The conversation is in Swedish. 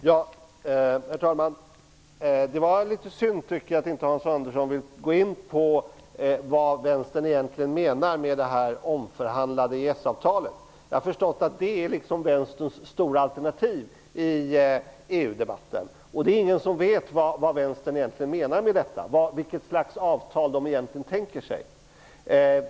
Herr talman! Det var litet synd att Hans Andersson inte ville gå in på vad Vänstern egentligen menar med omförhandling av EES-avtalet. Jag har förstått att det är Vänsterns stora alternativ i EU debatten, men ingen vet egentligen vad Vänstern menar med detta och vilket slags avtal man egentligen tänker sig.